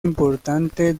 importante